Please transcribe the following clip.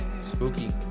Spooky